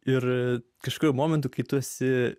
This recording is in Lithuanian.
ir kažkuriuo momentu kai tu esi